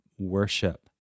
worship